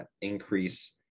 increase